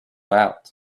out